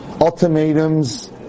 ultimatums